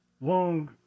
Long